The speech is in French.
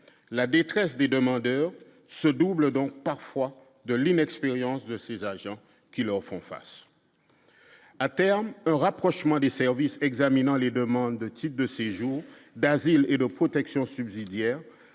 la détresse des demandeurs, ce double donc parfois de l'inexpérience de ses agents qui leur font face à terme un rapprochement des services examinant les demandes de types de séjours, d'asile et de protection subsidiaire